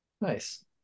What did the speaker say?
Nice